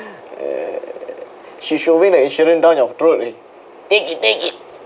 she's shoving the insurance down your throat eh take it take it